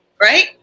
right